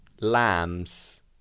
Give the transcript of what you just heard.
lambs